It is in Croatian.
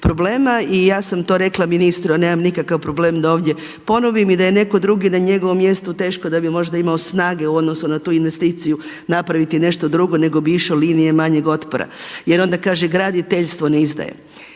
problema i ja sam to rekla ministru. Ja nemam nikakav problem da ovdje ponovim i da je neko drugi na njegovom mjestu teško da bi možda imao snage u odnosu na tu investiciju napraviti nešto drugo nego bi išao linijom manjeg otpora jer onda kaže graditeljstvo ne izdaje.